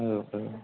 औ औ